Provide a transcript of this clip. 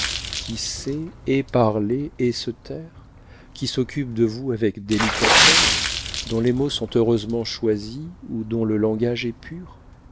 qui sait et parler et se taire qui s'occupe de vous avec délicatesse dont les mots sont heureusement choisis ou dont le langage est pur